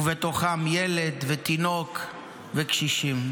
ובתוכם ילד, תינוק וקשישים.